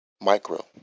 micro